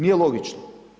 Nije logično.